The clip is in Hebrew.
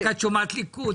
את רק שומעת ליכוד.